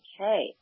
okay